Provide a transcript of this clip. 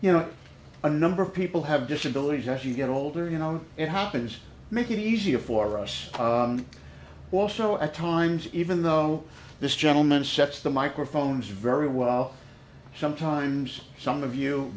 you know a number of people have disabilities as you get older you know it happens make it easier for us also at times even though this gentleman sets the microphones very well sometimes some of you